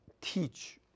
teach